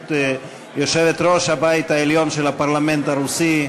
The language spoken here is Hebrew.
בראשות יושבת-ראש הבית העליון של הפרלמנט הרוסי,